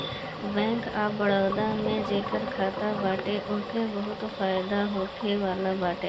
bank of Baroda में जेकर खाता बाटे ओके बहुते फायदा होखेवाला बाटे